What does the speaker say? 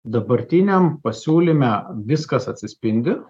dabartiniam pasiūlyme viskas atsispindi